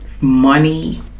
money